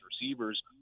receivers